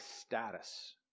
status